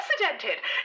unprecedented